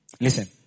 Listen